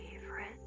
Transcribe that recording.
favorite